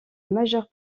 majeure